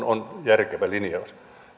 on järkevä linjaus